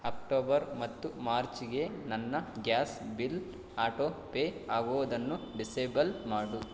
October ಮತ್ತು ಮಾರ್ಚ್ಗೆ ನನ್ನ ಗ್ಯಾಸ್ ಬಿಲ್ ಆಟೊಪೇ ಆಗೋದನ್ನು ಡಿಸೇಬಲ್ ಮಾಡು